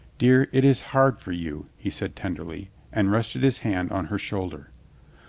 dear, it is hard for you, he said tenderly, and rested his hand on her shoulder.